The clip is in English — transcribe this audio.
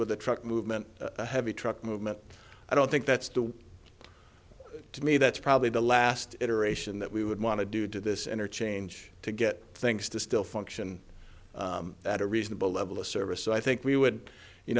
with the truck movement heavy truck movement i don't think that's due to me that's probably the last iteration that we would want to do to this interchange to get things to still function at a reasonable level of service so i think we would you